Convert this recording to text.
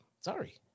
Sorry